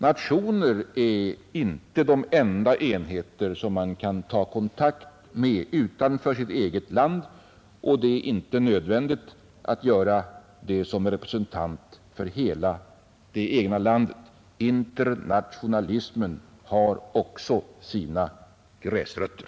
Nationer är inte de enda enheter som man kan ta kontakt med utanför sitt eget land, och det är inte nödvändigt att göra det som representant för hela det egna landet. Internationalismen har också sina gräsrötter.